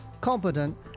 competent